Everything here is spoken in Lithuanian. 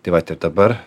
tai vat ir dabar